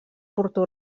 porto